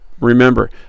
remember